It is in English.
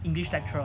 english lecturer